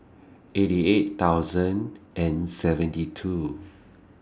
eighty eight thousand and seventy two